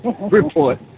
report